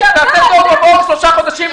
נעשה תוהו ובוהו שלושה חודשים,